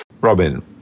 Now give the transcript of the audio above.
Robin